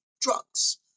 drugs